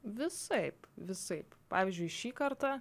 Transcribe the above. visaip visaip pavyzdžiui šį kartą